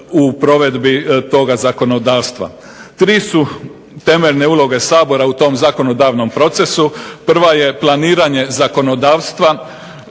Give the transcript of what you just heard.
u provedbi toga zakonodavstva. Tri su temeljne uloge Sabora u tom zakonodavnom procesu. Prva je planiranje zakonodavstva